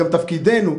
תפקידנו,